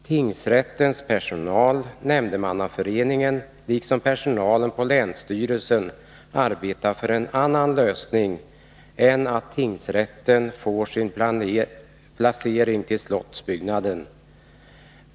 Tingsrättens personal, nämndemannaföreningen och personalen på länsstyrelsen arbetar för en annan lösning än att tingsrätten får sin placering till slottsbyggnaden.